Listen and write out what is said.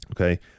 okay